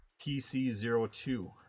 PC02